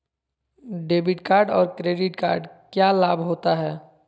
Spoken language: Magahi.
डेबिट कार्ड और क्रेडिट कार्ड क्या लाभ होता है?